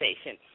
station